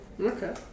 Okay